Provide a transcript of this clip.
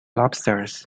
lobsters